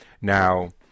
now